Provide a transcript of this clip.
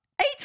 Eight